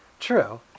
True